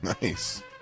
Nice